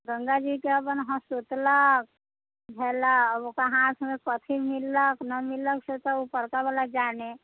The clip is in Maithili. गङ्गाजीके अपन हसोतलक हेला ओकरा हाथमे कथी मिललक नहि मिललक से तऽ उपरकावला जाने